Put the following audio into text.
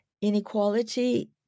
inequality